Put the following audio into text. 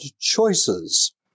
choices